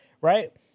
Right